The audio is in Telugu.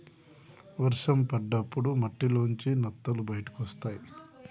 వర్షం పడ్డప్పుడు మట్టిలోంచి నత్తలు బయటకొస్తయ్